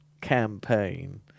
campaign